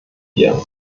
wir